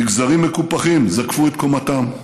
מגזרים מקופחים זקפו את קומתם,